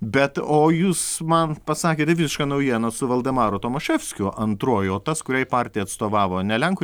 bet o jūs man pasakėte visišką naujieną su valdemaru tomaševskiu antruoju o tas kuriai partijai atstovavo ne lenkų